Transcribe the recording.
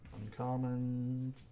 Uncommon